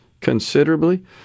considerably